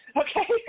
okay